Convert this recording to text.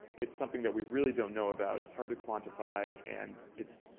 it's something that we really don't know about. it's hard to quantify. and it's,